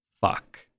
Fuck